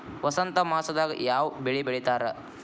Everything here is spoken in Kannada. ವಸಂತ ಮಾಸದಾಗ್ ಯಾವ ಬೆಳಿ ಬೆಳಿತಾರ?